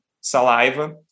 saliva